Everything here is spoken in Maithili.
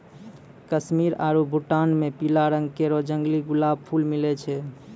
कश्मीर आरु भूटान म पीला रंग केरो जंगली गुलाब खूब मिलै छै